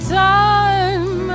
time